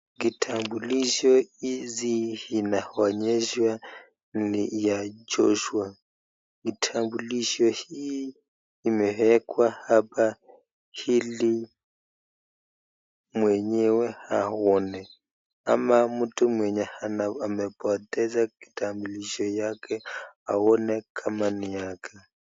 Kitambulisho hizi inaonyesha ni ya Joshua. Kitambulisho hii imewekwa hapa ili mwenyewe aone ama mtu mwenye amepoteza kitambulisho yake aone kama ni yake.